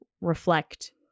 reflect